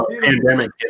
pandemic